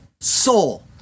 soul